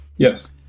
Yes